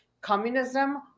communism